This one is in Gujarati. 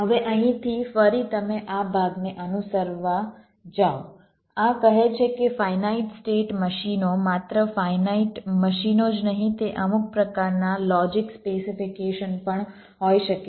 હવે અહીંથી ફરી તમે આ ભાગને અનુસરવા જાઓ આ કહે છે કે ફાઇનાઇટ સ્ટેટ મશીનો માત્ર ફાઇનાઇટ મશીનો જ નહીં તે અમુક પ્રકારના લોજીક સ્પેસિફીકેશન પણ હોઈ શકે છે